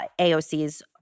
AOC's